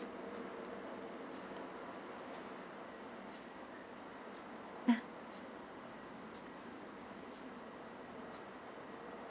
ya